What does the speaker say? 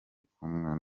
kumwe